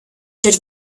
that